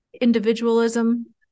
individualism